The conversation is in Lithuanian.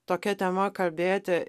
tokia tema kalbėti